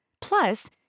Plus